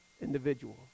individual